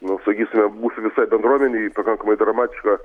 na sakysime mūsų visai bendruomenei pakankamai dramatiška